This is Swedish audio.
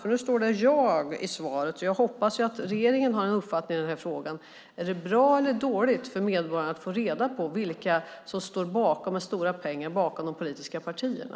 I svaret står det "jag". Jag hoppas att regeringen har en uppfattning i frågan om det är bra eller dåligt för medborgarna att få reda på vilka som med stora penningbelopp står bakom de politiska partierna.